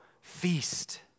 feast